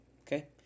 Okay